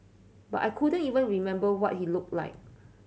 but I couldn't even remember what he looked like